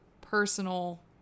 personal